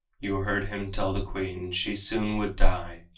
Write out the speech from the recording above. you heard him tell the queen she soon would die,